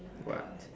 what